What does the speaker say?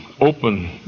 open